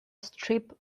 strip